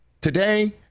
today